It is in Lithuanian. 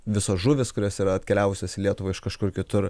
visos žuvys kurios yra atkeliavusios į lietuvą iš kažkur kitur